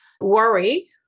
worry